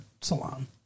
salon